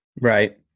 Right